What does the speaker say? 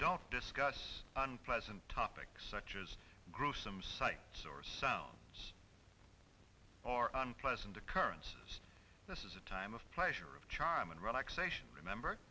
don't discuss unpleasant topics such as gruesome sight or sound or pleasant occurrences this is a time of pleasure of charm and relaxation remember